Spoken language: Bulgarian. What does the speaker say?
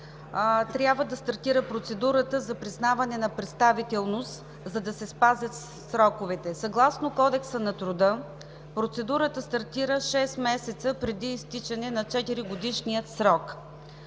трябва да стартира процедурата за признаване на представителност, за да се спазят сроковете. Съгласно Кодекса на труда процедурата стартира шест месеца преди изтичането на 4 годишния срок.